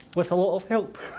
with a lot of help